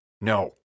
no